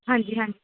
ਹਾਂਜੀ ਹਾਂਜੀ